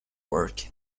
work